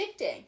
addicting